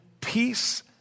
peace